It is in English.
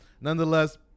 nonetheless